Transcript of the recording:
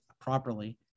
properly